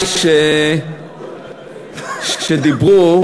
לחברי שדיברו,